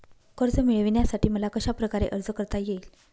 कर्ज मिळविण्यासाठी मला कशाप्रकारे अर्ज करता येईल?